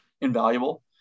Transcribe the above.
invaluable